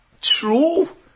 true